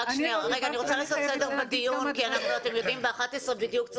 אני רוצה לעשות סדר בדיון כי ב-11:00 בדיוק אנחנו